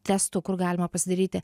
testų kur galima pasidaryti